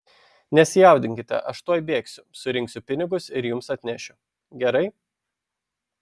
nesijaudinkite aš tuoj bėgsiu surinksiu pinigus ir jums atnešiu gerai